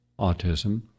autism